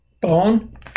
Bone